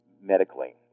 medically